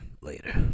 Later